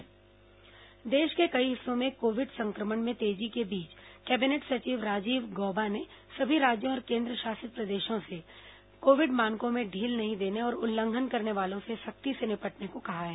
corona cabinet मुख्य सचिव देश के कई हिस्सों में कोविड संक्रमण में तेजी के बीच कैबिनेट सचिव राजीव गौबा ने सभी राज्यों और केन्द्रशासित प्रदेशों से कोविड मानकों में ढील नहीं देने और उल्लंघन करने वालों से सख्ती से निपटने को कहा है